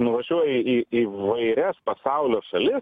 nuvažiuoji į įvairias pasaulio šalis